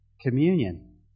communion